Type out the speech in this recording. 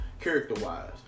character-wise